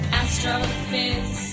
astrophys